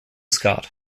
skat